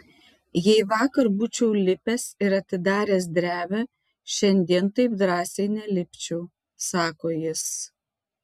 jei vakar būčiau lipęs ir atidaręs drevę šiandien taip drąsiai nelipčiau sako jis